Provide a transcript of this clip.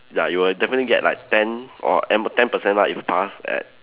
ya you will definitely get like ten or M ten percent lah if pass at